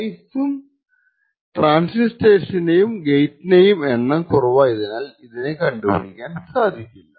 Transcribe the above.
സൈസും ട്രാൻസിസ്റ്ററിന്റെയും ഗേററ്റിന്റെയും എണ്ണം കുറവായതിനാൽ അതിനെ കണ്ടുപിടിക്കാൻ സാധിക്കില്ല